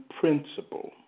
principle